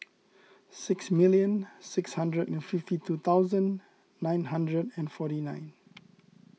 six million six hundred and fifty two thousand nine hundred and forty nine